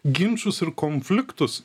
ginčus ir konfliktus